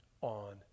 on